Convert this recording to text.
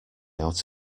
out